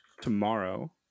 tomorrow